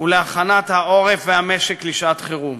ולהכנת העורף והמשק לשעת-חירום.